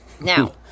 Now